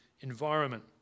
environment